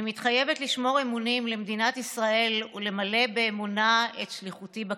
אני מתחייבת לשמור אמונים למדינת ישראל ולמלא באמונה את שליחותי בכנסת.